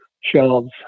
shelves